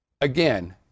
again